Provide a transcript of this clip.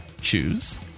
shoes